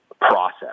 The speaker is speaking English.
process